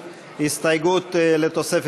הסתייגות של חברי הכנסת